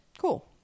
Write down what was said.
Cool